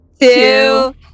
two